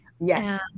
Yes